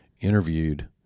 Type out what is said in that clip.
interviewed